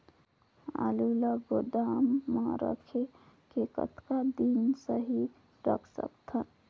आलू ल गोदाम म रखे ले कतका दिन सही रख सकथन?